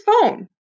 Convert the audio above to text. phone